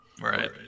Right